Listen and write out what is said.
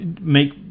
make